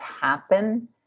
happen